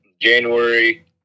january